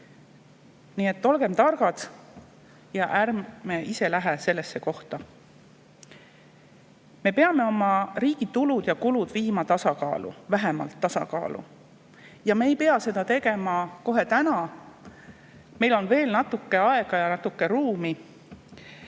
Nii et olgem targad ja ärme ise lähe sellele [teele]. Me peame oma riigi tulud ja kulud viima tasakaalu, vähemalt tasakaalu. Me ei pea seda tegema kohe täna. Meil on veel natuke aega ja natuke ruumi.